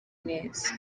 neza